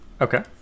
Okay